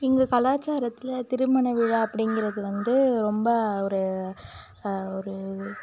எங்கள் கலாச்சாரத்தில் திருமண விழா அப்படிங்கிறது வந்து ரொம்ப ஒரு ஒரு